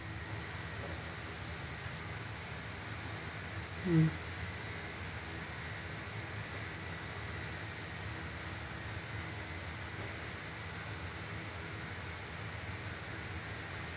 mm